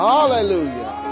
Hallelujah